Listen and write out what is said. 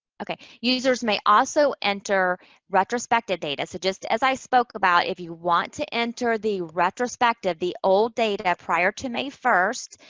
okay, users may also enter retrospective data. so, just as i spoke about, if you want to enter the retrospective, the old data prior to may first,